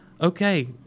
okay